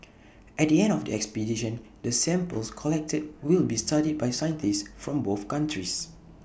at the end of the expedition the samples collected will be studied by scientists from both countries